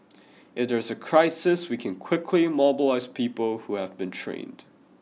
if there's a crisis we can quickly mobilise people who have been trained